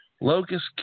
Locust